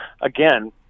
again